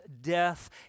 death